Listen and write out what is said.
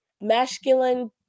masculine